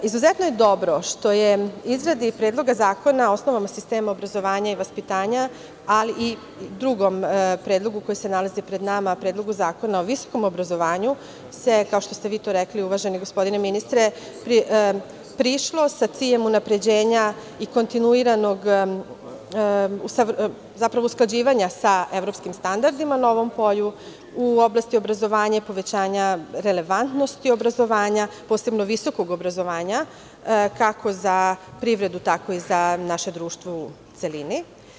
Izuzetno je dobro što se u izradi Predloga zakona o osnovama sistema obrazovanja i vaspitanja, a i u drugom predlogu koji se nalazi pred nama, Predlogu zakona o visokom obrazovanju, kao što ste vi to rekli, uvaženi gospodine ministre, prišlo sa ciljem unapređenja i kontinuiranog usklađivanja sa evropskim standardima na ovom polju u oblasti obrazovanja i povećanja relevantnosti obrazovanja, a posebno visokog obrazovanja, kako za privredu, tako i za naše društvo u celini.